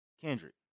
Kendrick